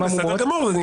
לא, בסדר גמור.